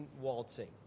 waltzing